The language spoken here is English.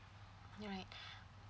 you're right